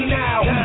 now